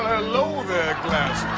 hello, there glasses!